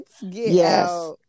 Yes